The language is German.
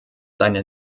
seine